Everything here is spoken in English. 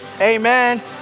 Amen